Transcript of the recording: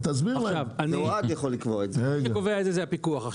מי שקובע את זה זה הפיקוח.